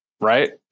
Right